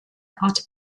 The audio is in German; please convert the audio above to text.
art